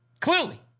Clearly